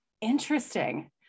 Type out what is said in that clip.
interesting